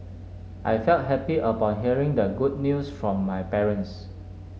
I felt happy upon hearing the good news from my parents